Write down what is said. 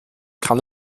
kann